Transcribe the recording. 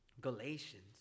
Galatians